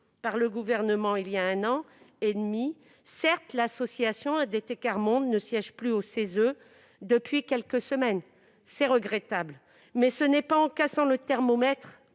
par le Gouvernement il y a un an et demi et l'association ATD Quart Monde ne siège plus au CESE depuis quelques semaines. C'est regrettable ! Ce n'est pas en cassant le thermomètre